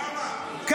כמה ניתוק יכול להיות?